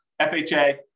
FHA